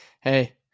hey